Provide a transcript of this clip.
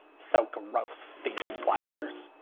so gross these wires.